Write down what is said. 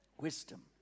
Wisdom